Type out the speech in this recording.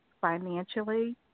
financially